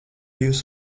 jūs